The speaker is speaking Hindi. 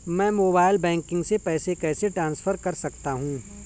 मैं मोबाइल बैंकिंग से पैसे कैसे ट्रांसफर कर सकता हूं?